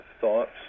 thoughts